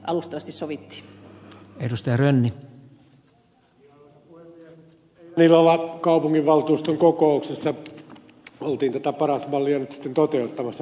eilen illalla kaupunginvaltuuston kokouksessa oltiin tätä paras mallia nyt sitten toteuttamassa